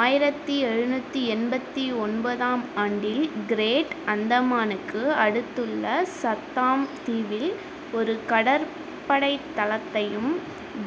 ஆயிரத்து ஏழுநூற்றி எண்பத்து ஒன்பதாம் ஆண்டில் கிரேட் அந்தமானுக்கு அடுத்துள்ள சத்தாம் தீவில் ஒரு கடற்படைத் தளத்தையும்